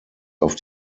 auf